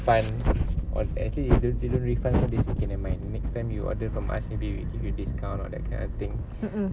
mm mm